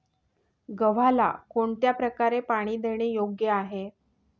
गव्हाला कोणत्या प्रकारे पाणी देणे योग्य आहे?